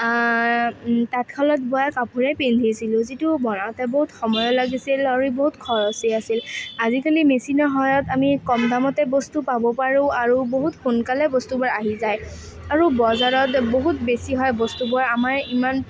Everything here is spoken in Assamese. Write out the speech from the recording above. তাঁতশালত বোৱা কাপোৰেই পিন্ধিছিলোঁ যিটো বনাওঁতে বহুত সময়ো লাগিছিল আৰু ই বহুত খৰচী আছিল আজিকালি মেচিনৰ সহায়ত আমি কম দামতে বস্তু পাব পাৰোঁ আৰু বহুত সোনকালেই বস্তুবোৰ আহি যায় আৰু বজাৰত বহুত বেছি হয় বস্তুবোৰৰ আমাৰ ইমান